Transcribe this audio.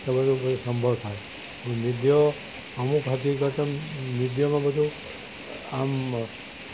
તો બધું એ સંભવ થાય પણ મીડિયો અમુક હકીકતો મીડિયામાં બધું આમ